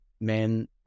men